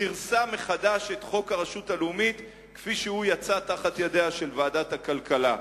סירסה מחדש את חוק הרשות הלאומית כפי שיצא תחת ידיה של ועדת הכלכלה.